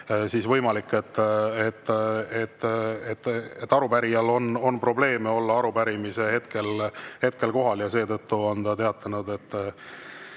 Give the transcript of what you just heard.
siis on võimalik, et arupärijal on probleeme olla kohal arupärimise hetkel, ja seetõttu on ta teatanud